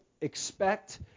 Expect